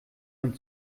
man